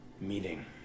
meeting